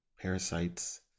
parasites